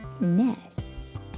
nest